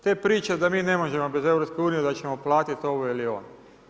Te priče da mi ne možemo bez EU da ćemo platiti ovo ili ono.